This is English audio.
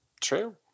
true